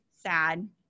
sad